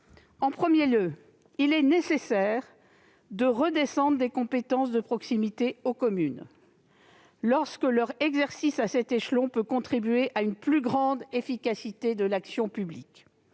En premier lieu, il est nécessaire de faire redescendre des compétences de proximité au niveau des communes lorsque leur exercice à cet échelon peut contribuer à une plus grande efficacité de l'action publique.